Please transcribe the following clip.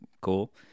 Cool